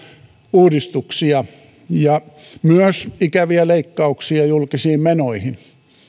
uudistuksia ja myös ikäviä leikkauksia julkisiin menoihin